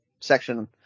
section